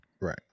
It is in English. Right